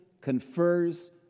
confers